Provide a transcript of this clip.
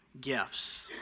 gifts